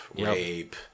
Rape